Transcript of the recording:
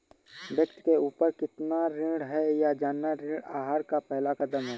व्यक्ति के ऊपर कितना ऋण है यह जानना ऋण आहार का पहला कदम है